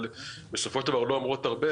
אבל בסופו של דבר הן לא אומרות הרבה,